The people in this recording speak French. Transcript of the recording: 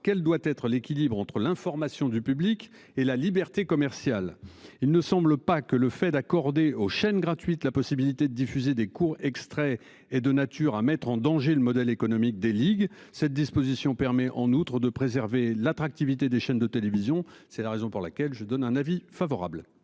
quelle doit être l'équilibre entre l'information du public et la liberté commerciale, il ne semble pas que le fait d'accorder aux chaînes gratuites, la possibilité de diffuser des courts extraits et de nature à mettre en danger le modèle économique des ligues. Cette disposition permet en outre de préserver l'attractivité des chaînes de télévision. C'est la raison pour laquelle je donne un avis favorable.